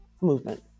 movement